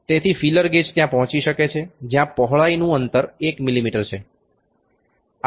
તેથી feeler gauge ત્યાં પહોંચી શકે છે જ્યા પહોળાઈનું અંતર 1 મી